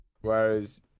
Whereas